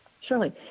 Surely